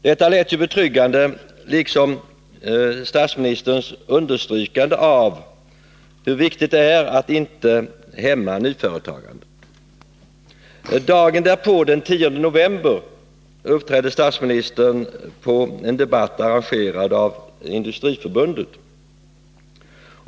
Detta lät ju betryggande, liksom statsministerns understrykande av hur viktigt det är att inte hämma nyföretagande Dagen därpå, den 10 november, uppträdde statsministern i en debatt arrangerad av Industriförbundet.